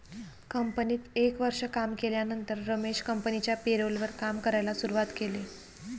कंपनीत एक वर्ष काम केल्यानंतर रमेश कंपनिच्या पेरोल वर काम करायला शुरुवात केले